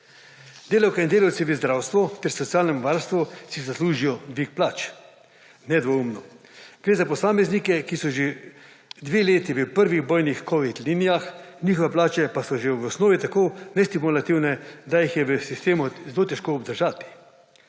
Delavke in delavci v zdravstvu ter socialnemu varstvu si zaslužijo dvig plač, nedvoumno. Gre za posameznike, ki so že dve leti v prvih bojnih kovid linijah, njihove plače pa so že v osnovi tako nestimulativne, da jih je v sistemu zelo težko obdržati.